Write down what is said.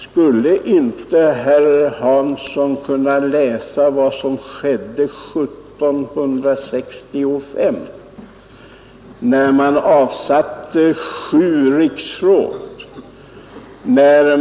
Skulle inte herr Hansson kunna läsa vad som skedde 1765 när sju riksråd avsattes?